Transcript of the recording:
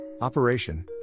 Operation